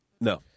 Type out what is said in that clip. No